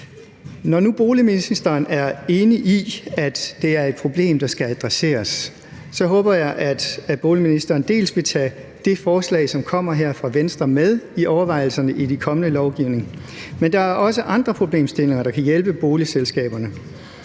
Når nu boligministeren er enig i, at det er et problem, der skal adresseres, så håber jeg, at boligministeren vil tage det forslag, der kommer her fra Venstre, med i overvejelserne i forbindelse med den kommende lovgivning. Men der er også andet, der kan hjælpe boligselskaberne.